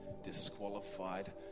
disqualified